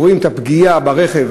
שרואה את הפגיעה ברכב